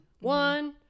One